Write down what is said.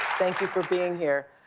thank you for being here,